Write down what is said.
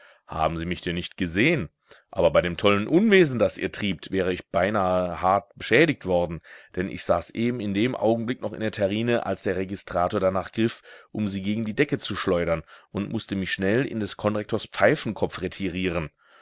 haben sie mich denn nicht gesehen aber bei dem tollen unwesen das ihr triebt wäre ich beinahe hart beschädigt worden denn ich saß eben in dem augenblick noch in der terrine als der registrator danach griff um sie gegen die decke zu schleudern und mußte mich schnell in des konrektors pfeifenkopf retirieren